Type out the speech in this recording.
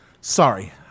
Sorry